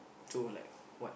so like what